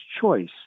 choice